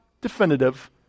definitive